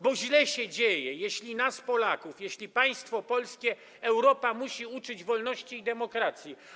Bo źle się dzieje, jeśli nas, Polaków, jeśli państwo polskie Europa musi uczyć wolności i demokracji.